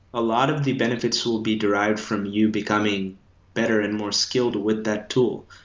a lot of the benefits will be derived from you becoming better and more skilled with that tool.